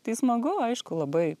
tai smagu aišku labai